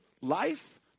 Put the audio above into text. life